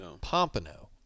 Pompano